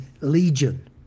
Legion